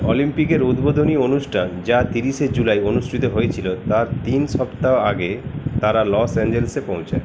অলিম্পিকের উদ্ধোধনী অনুষ্ঠান যা তিরিশে জুলাই অনুষ্ঠিত হয়েছিলো তার তিন সপ্তাহ আগে তারা লস অ্যাঞ্জেলেসে পৌঁছায়